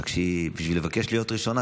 רק שבשביל לבקש להיות ראשונה,